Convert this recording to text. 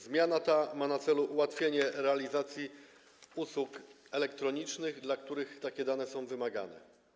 Zmiana ta ma na celu ułatwienie realizacji usług elektronicznych, dla których takie dane są wymagane.